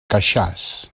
queixàs